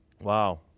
wow